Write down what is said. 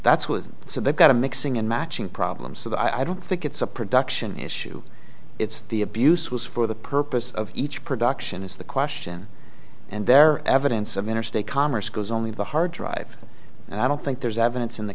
that's with so they've got a mixing and matching problem so that i don't think it's a production issue it's the abuse was for the purpose of each production is the question and their evidence of interstate commerce goes only the hard drive and i don't think there's evidence in the